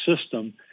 system